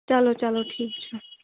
چلو چلو ٹھیٖک چھُ